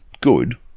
good